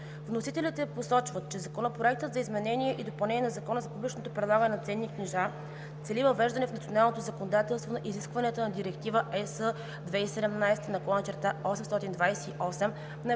Вносителите посочват, че Законопроектът за изменение и допълнение на Закона за публичното предлагане на ценни книжа цели въвеждане в националното законодателството на изискванията на Директива (ЕС) 2017/828 на